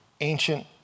ancient